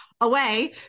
away